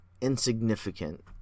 insignificant